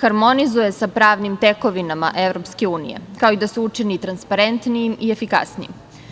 harmonizuje sa pravnim tekovinama Evropske unije, kao i da se učini transparentnijim i efikasnijim.